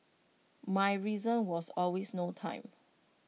my reason was always no time